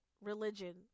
religion